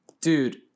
dude